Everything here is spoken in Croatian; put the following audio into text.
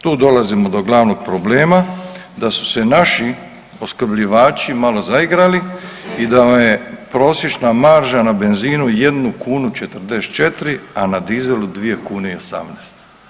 Tu dolazimo do glavnog problema da su se naši opskrbljivači malo zaigrali i da vam je prosječna marža na benzinu 1 kunu 44, a na dizelu 2 kune i 18.